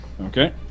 Okay